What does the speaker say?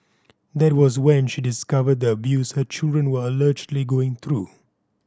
that was when she discovered the abuse her children were allegedly going through